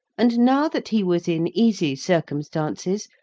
and now that he was in easy circumstances,